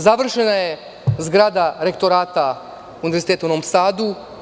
Završena je zgrada rektorata Univerziteta u Novom Sadu.